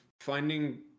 finding